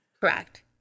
Correct